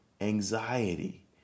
anxiety